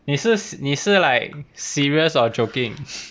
你是 s~ 你是 like serious or joking